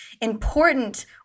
important